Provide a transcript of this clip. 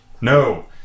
No